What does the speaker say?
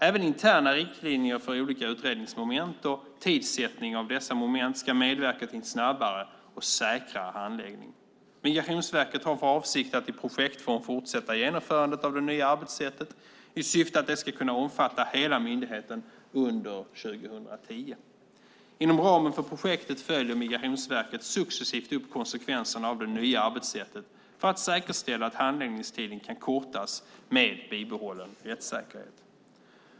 Även interna riktlinjer för olika utredningsmoment och tidsättning av dessa moment ska medverka till en snabbare och säkrare handläggning. Migrationsverket har för avsikt att i projektform fortsätta genomförandet av det nya arbetssättet i syfte att det ska kunna omfatta hela myndigheten under 2010. Inom ramen för projektet följer Migrationsverket successivt upp konsekvenserna av det nya arbetssättet för att säkerställa att handläggningstiden kan kortas med bibehållen rättssäkerhet.